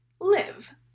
live